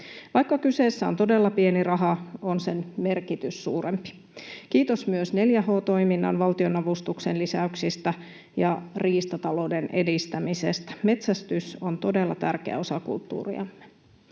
Vaikka kyseessä on todella pieni raha, on sen merkitys suurempi. Kiitos myös 4H-toiminnan valtionavustuksen lisäyksistä ja riistatalouden edistämisestä, metsästys on todella tärkeä osa kulttuuria.